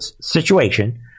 situation